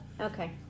Okay